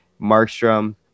Markstrom